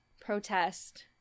protest